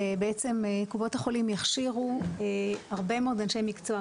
שבעצם קופות החולים יכשירו הרבה מאוד אנשי מקצוע,